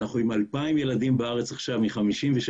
אנחנו עכשיו עם 2,000 ילדים שנמצאים בארץ מ-56 מדינות